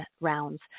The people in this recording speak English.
rounds